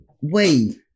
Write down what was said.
wait